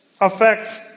affects